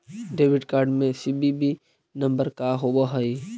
Debit card में CVV number का होव हइ?